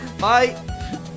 Bye